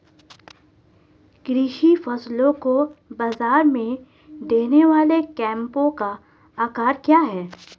कृषि फसलों को बाज़ार में देने वाले कैंपों का आंकड़ा क्या है?